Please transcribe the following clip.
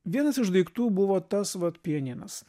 vienas iš daiktų buvo tas vat pianinas